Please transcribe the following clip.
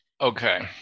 Okay